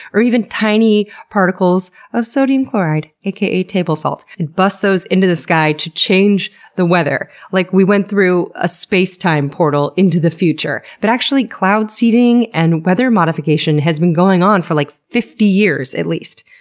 or even tiny particles of sodium chloride, a k a. table salt. they and bust those into the sky to change the weather. like, we went through a spacetime portal into the future. but actually, cloud seeding and weather modification has been going on for, like, fifty years at least.